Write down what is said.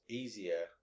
easier